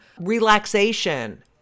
relaxation